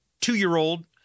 two-year-old